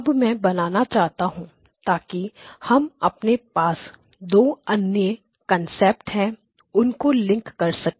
अब मैं बनाना चाहता हूं ताकि हम अपने पास जो दो अन्य कंसेप्ट है उनको लिंक कर सकें